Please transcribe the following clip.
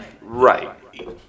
Right